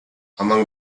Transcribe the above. among